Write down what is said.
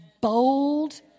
bold